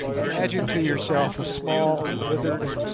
imagine to yourself a small, withered,